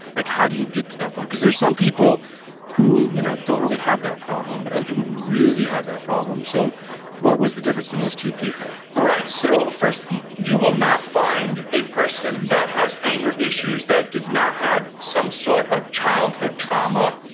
like how do you get to that point, because there's some people who you know don't really have that problem but other people who really have that problem, so what was the difference between those two people? right, so first you will not find a person that has anger issues that did not have some sort of childhood trauma,